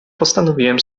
postanowiłem